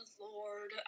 Lord